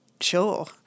sure